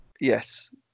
Yes